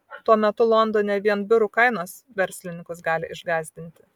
tuo metu londone vien biurų kainos verslininkus gali išgąsdinti